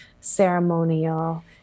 ceremonial